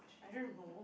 I don't know